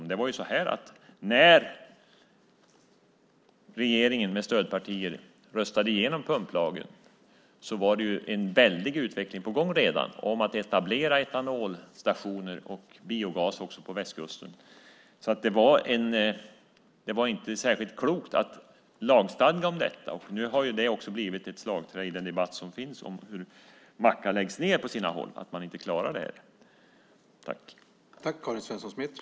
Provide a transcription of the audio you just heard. Men det var så att redan när regeringen med stödpartier röstade igenom pumplagen var en väldig utveckling på gång med att etablera etanolstationer och biogas på västkusten. Det var alltså inte särskilt klokt att lagstadga om detta. Nu har det ju blivit ett slagträ i den debatt som förs om hur mackar på sina håll läggs ned för att man inte klarar det här.